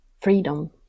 freedom